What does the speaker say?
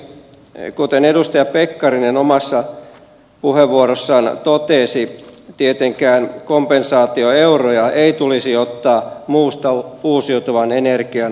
kuten edustaja pekkarinen omassa puheenvuorossaan totesi tietenkään kompensaatioeuroja ei tulisi ottaa muista uusiutuvan energian tukirahoista